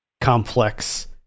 complex